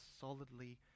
solidly